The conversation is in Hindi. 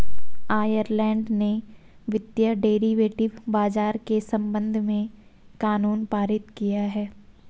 आयरलैंड ने वित्तीय डेरिवेटिव बाजार के संबंध में कानून पारित किया है